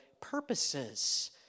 purposes